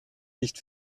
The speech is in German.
nicht